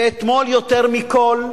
ואתמול, יותר מכול,